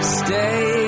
stay